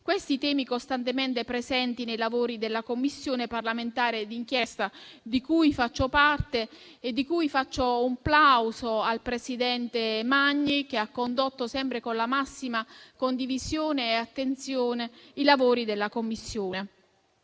Questi temi sono costantemente presenti nei lavori della Commissione parlamentare d'inchiesta di cui faccio parte. Colgo l'occasione per rivolgere un plauso al presidente Magni, che ha condotto, sempre con la massima condivisione e attenzione, i lavori della Commissione.